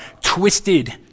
twisted